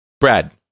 Brad